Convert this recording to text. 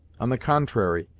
on the contrary,